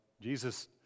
Jesus